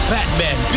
Batman